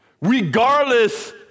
regardless